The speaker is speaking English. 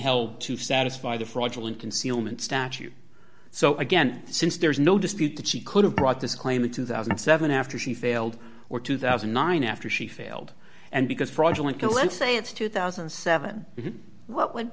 held to satisfy the fraudulent concealment statute so again since there is no dispute that she could have brought this claim in two thousand and seven after she failed or two thousand and nine after she failed and because fraudulent go let's say it's two thousand and seven what would